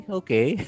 okay